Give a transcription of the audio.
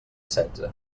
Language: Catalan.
setze